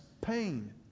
pain